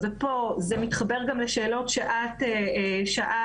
פה זה מתחבר גם לשאלות שאת שאלת,